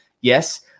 Yes